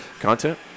content